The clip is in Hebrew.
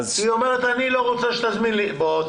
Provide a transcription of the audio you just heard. היא אומרת: אני לא רוצה שתזמין לי אמבולנס.